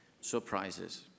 surprises